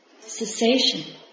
cessation